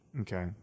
Okay